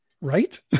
Right